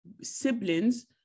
siblings